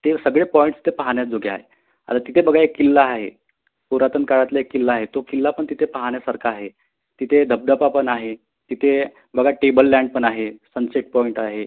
ते सगळे पॉईंट्स ते पाहण्याजोगे आहे आता तिथे बघा एक किल्ला आहे पुरातन काळातला एक किल्ला आहे तो किल्ला पण तिथे पाहण्यासारखा आहे तिथे धबधबा पण आहे तिथे बघा टेबल लँडपण आहे सन्सेट पॉईंट आहे